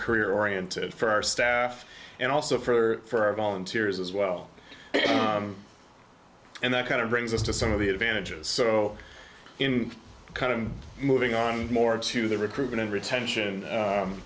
career oriented for our staff and also for our volunteers as well and that kind of brings us to some of the advantages so in kind of moving on more to the recruitment and retention